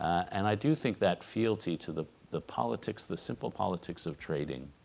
and i do think that fealty to the the politics the simple politics of trading